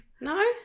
No